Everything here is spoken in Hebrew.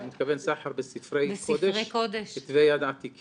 אני מתכוון לסחר בספרי קודש, כתבי יד עתיקים,